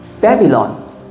Babylon